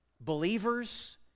believers